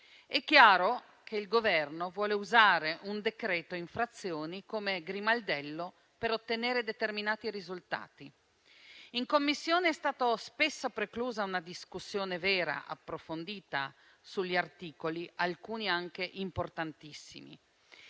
È chiaro che il Governo vuole usare un decreto infrazioni come grimaldello per ottenere determinati risultati. In Commissione è stata spesso preclusa una discussione vera e approfondita sugli articoli, alcuni anche importantissimi.